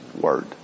word